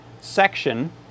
section